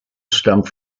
stammt